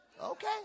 Okay